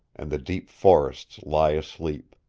and the deep forests lie asleep.